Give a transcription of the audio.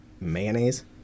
mayonnaise